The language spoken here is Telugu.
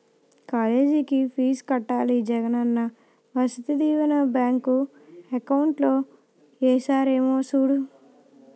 కాలేజికి ఫీజు కట్టాలి జగనన్న వసతి దీవెన బ్యాంకు అకౌంట్ లో ఏసారేమో సూడు